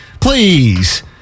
Please